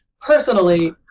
personally